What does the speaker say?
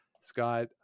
scott